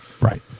Right